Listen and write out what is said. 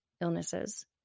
illnesses